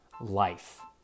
life